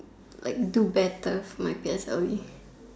like do better for my P_S_L_E